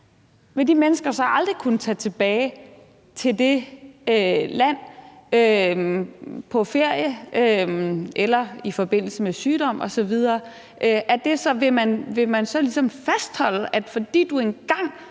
Vil de mennesker så aldrig kunne tage tilbage til det land på ferie eller i forbindelse med sygdom osv.? Vil man så ligesom fastholde, at fordi du engang